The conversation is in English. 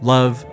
Love